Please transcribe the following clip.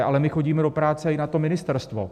Ale my chodíme do práce i na to ministerstvo!